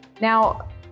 Now